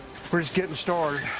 we're just getting started.